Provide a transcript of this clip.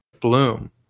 bloom